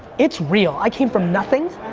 it's real. i came from nothing,